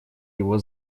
его